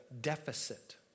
deficit